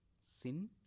sin